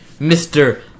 Mr